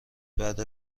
بعد